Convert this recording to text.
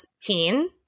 teen